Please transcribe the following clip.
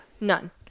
none